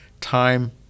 time